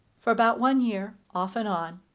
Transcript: for about one year, off and on,